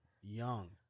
young